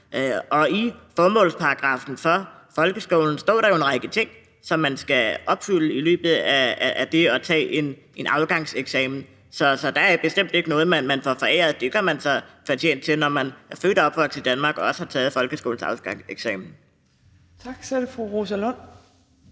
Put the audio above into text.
I formålsparagraffen for folkeskolen står der jo en række ting, som skal være opfyldt som en del af det at tage en afgangseksamen, så der er bestemt ikke noget, man får foræret. Det gør man sig fortjent til, når man er født og opvokset i Danmark og også har taget folkeskolens afgangseksamen. Kl. 12:19 Fjerde